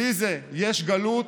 בלי זה יש גלות.